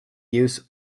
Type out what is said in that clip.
use